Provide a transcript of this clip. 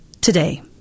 today